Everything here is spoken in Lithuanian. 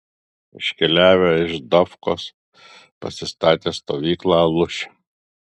iškeliavę iš dofkos pasistatė stovyklą aluše